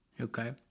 Okay